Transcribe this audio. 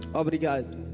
obrigado